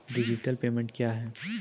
Digital payment क्या हैं?